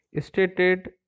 stated